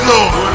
Lord